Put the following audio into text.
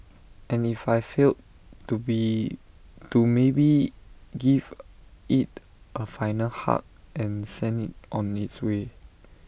and if I failed to be to maybe give IT A final hug and send IT on its way